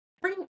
Bring